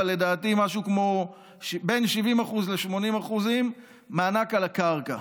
אבל לדעתי בין 70% ל-80% מענק על הקרקע.